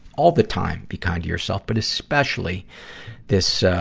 all the time, be kind to yourself. but especially this, ah,